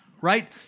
Right